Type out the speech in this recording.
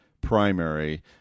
primary